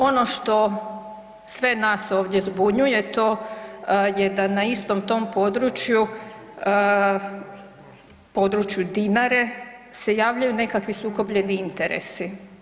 Ono što sve nas ovdje zbunjuje to je da na istom tom području, području Dinare se javljaju nekakvi sukobljeni interesi.